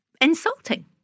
insulting